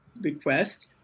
request